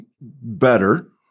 better